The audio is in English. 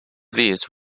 these